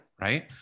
Right